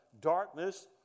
darkness